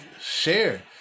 share